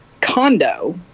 condo